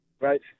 Right